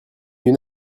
une